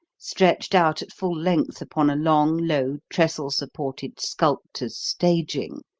stretched out at full length upon a long, low, trestle-supported sculptor's staging,